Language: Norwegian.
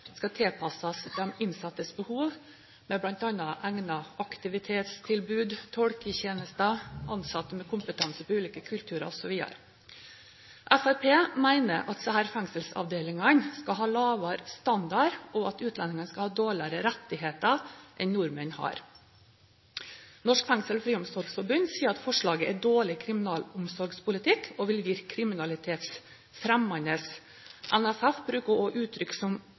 skal tilpasses de innsattes behov, med bl.a. egnede aktivitetstilbud, tolketjenester, ansatte med kompetanse på ulike kulturer osv. Fremskrittspartiet mener at disse fengselsavdelingene skal ha lavere standard, og at utlendingene skal ha dårligere rettigheter enn nordmenn har. Norsk Fengsels- og Friomsorgsforbund sier at forslaget er dårlig kriminalomsorgspolitikk, og at det vil virke kriminalitetsfremmende. NFF bruker også uttrykk som